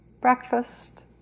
breakfast